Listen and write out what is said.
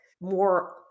more